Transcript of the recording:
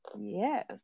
Yes